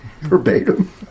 verbatim